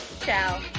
Ciao